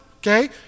Okay